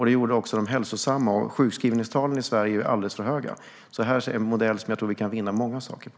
Det gjorde dem också hälsosamma. Sjukskrivningstalen i Sverige är alldeles för höga. Det är en modell som jag tror att vi kan vinna många saker på.